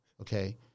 okay